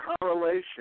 correlation